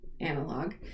analog